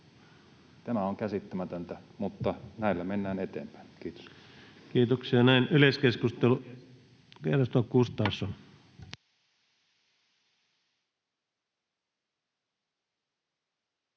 Tämä on käsittämätöntä, mutta näillä mennään eteenpäin. — Kiitos. [Speech